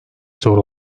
zor